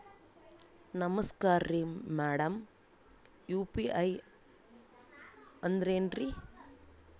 ನಮಸ್ಕಾರ್ರಿ madam UPI ಅಂದ್ರೆನ್ರಿ?